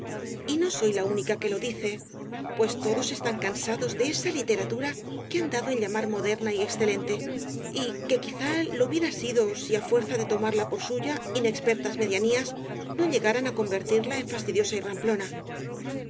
y no soy la única que lo dice pues todos están cansados de esa literatura que han dado en llamar moderna y excelente y que quizá lo hubiera sido si á fuerza de tomarla por suya inexpertas medianías no llegaran á convertirla en fastidiosa y ramplona